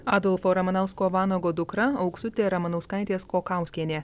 adolfo ramanausko vanago dukra auksutė ramanauskaitė skokauskienė